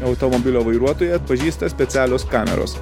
automobilio vairuotoją atpažįsta specialios kameros